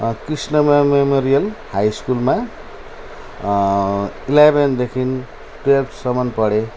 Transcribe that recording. Krishnamaya memorial high स्कुलमा इलेभेनदेखि ट्वेल्भसम्म पढेँ